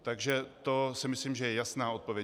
Takže to si myslím, že je jasná odpověď.